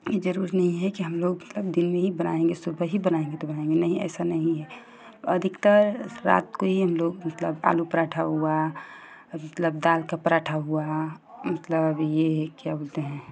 इ जरूरी नहीं है कि हम लोग दिन में हीं बनाएंगे सुबह ही बनाएंगे तो बनाएंगे नहीं ऐसा नही है अधिकतर रात को ही लोग मतलब आलू पराँठा ही हुआ मतलब दाल का पराँठा हुआ मतलब ये क्या बोलते हैं